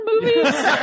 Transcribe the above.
movies